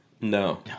No